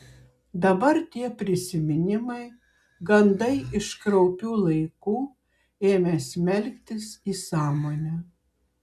dabar tie prisiminimai gandai iš kraupių laikų ėmė smelktis į sąmonę